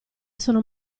sono